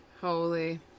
holy